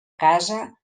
casa